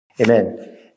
Amen